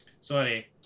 sorry